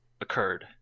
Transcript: occurred